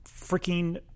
freaking